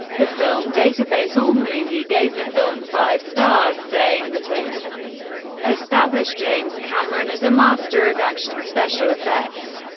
the film database allmovie gave the film five stars, saying that it established james cameron as a master of action, special effects,